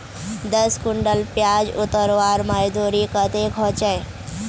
दस कुंटल प्याज उतरवार मजदूरी कतेक होचए?